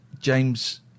James